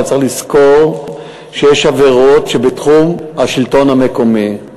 אבל צריך לזכור שיש עבירות שבתחום השלטון המקומי,